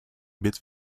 byt